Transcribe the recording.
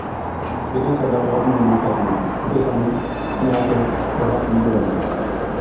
ਖੇਡਾਂ ਸਾਡਾ ਬਹੁਤ ਮਨੋਰੰਜਨ ਕਰਦੀਆਂ ਹਨ ਅਤੇ ਸਾਨੂੰ ਤਣਾਅ ਤੋਂ ਰਾਹਤ ਵੀ ਦਿਵਾਉਂਦੀਆਂ ਹਨ